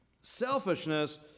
Selfishness